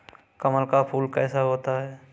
कमल का फूल कैसा होता है?